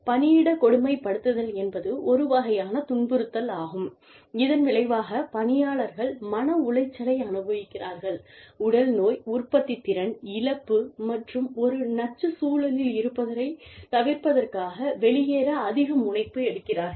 பணியிட கொடுமைப்படுத்துதல் என்பது ஒரு வகையான துன்புறுத்தலாகும் இதன் விளைவாக பணியாளர்கள் மன உளைச்சலை அனுபவிக்கிறார்கள் உடல் நோய் உற்பத்தித்திறன் இழப்பு மற்றும் ஒரு நச்சு சூழலில் இருப்பதைத் தவிர்ப்பதற்காக வெளியேற அதிக முனைப்பு எடுக்கிறார்கள்